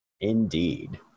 Indeed